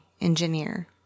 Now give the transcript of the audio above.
engineer